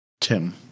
Tim